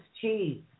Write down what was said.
cheese